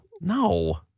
No